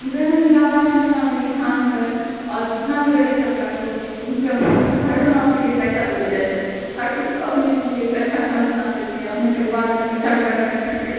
इन्दिरा गाँधी आवास योजनामे किसानके आओर जितना भी गरीब तबकाके लोग छै हुनका घर बनाबै के लिए पैसा देलऽ जाइ छै ताकि ओ अपने लिए एक अच्छा घर बना सकै अपने परिवारके एक अच्छा घरमे रख सकै